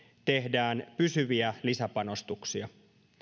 tehdään pysyviä lisäpanostuksia